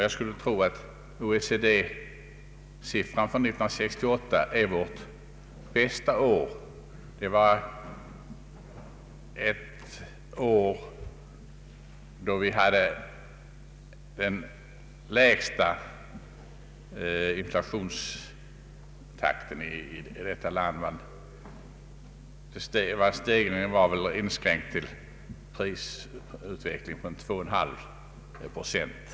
Jag skulle tro att 1968 var vårt bästa år, med låg inflationstakt i värt land. Stegringen av prisutvecklingen inskränkte sig till 2,5 procent.